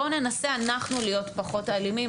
בואו ננסה אנחנו להיות פחות אלימים,